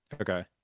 Okay